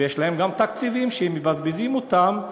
ויש להם גם תקציבים שהם מבזבזים אותם,